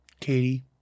Katie